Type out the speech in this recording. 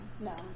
No